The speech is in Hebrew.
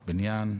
בניין,